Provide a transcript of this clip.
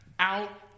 out